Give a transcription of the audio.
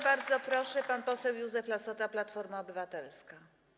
Bardzo proszę, pan poseł Józef Lassota, Platforma Obywatelska.